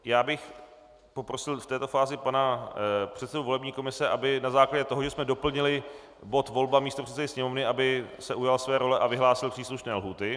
Já bych poprosil v této fázi pana předsedu volební komise, aby se na základě toho, že jsme doplnili bod volba místopředsedy Sněmovny, ujal své role a vyhlásil příslušné lhůty.